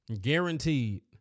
Guaranteed